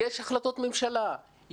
יש החלטות ממשלה,